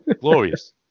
glorious